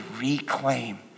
reclaim